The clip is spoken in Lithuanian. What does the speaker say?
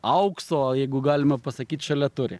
aukso jeigu galima pasakyt šalia turi